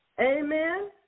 Amen